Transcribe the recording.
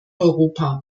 europa